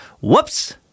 Whoops